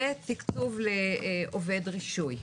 ותקצוב לעובד רישוי.